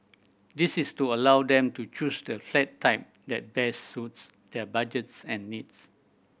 this is to allow them to choose the flat type that best suits their budgets and needs